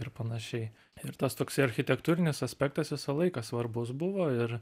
ir panašiai ir tas toksai architektūrinis aspektas visą laiką svarbus buvo ir